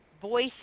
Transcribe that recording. voice